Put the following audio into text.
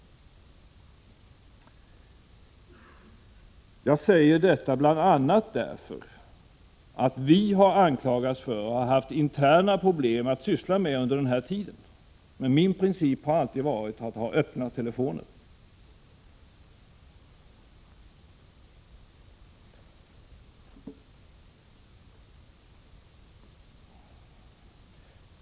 Jag säger detta bl.a. därför att vi har anklagats för att ha haft interna problem att syssla med under den här tiden. Men min princip har alltid varit att ha öppna telefoner.